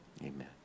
amen